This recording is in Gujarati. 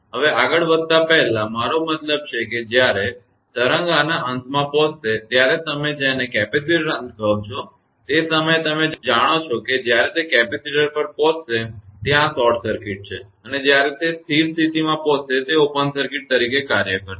હવે આગળ વધતા પહેલા મારો મતલબ છે કે જ્યારે તરંગ આના અંતમાં પહોંચશે ત્યારે તમે જેને કેપેસિટર અંત કહો છો તે સમયે તમે જાણો છો કે જ્યારે તે કેપેસિટર પર પહોંચશે ત્યાં આ શોર્ટ સર્કિટ છે અને જયારે તે સ્થિર સ્થિતિમાં પહોંચશે તે ઓપન સર્કિટ તરીકે કાર્ય કરશે